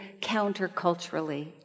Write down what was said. counterculturally